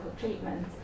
treatment